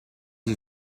you